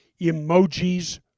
emojis